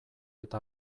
eta